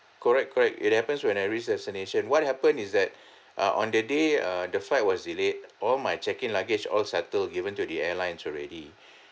correct correct it happens when I reach destination what happened is that uh on the day uh the flight was delayed all my check in luggage all settled given to the airlines already